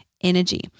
energy